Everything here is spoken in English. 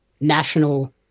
national